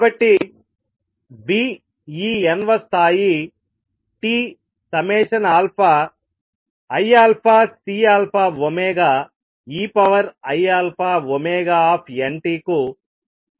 కాబట్టి v ఈ n వ స్థాయి t iαCeiαωnt కు సమానంగా ఉంటుంది